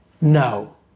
No